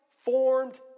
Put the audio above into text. formed